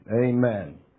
Amen